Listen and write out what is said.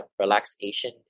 relaxation